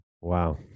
wow